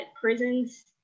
prisons